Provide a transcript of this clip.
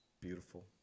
beautiful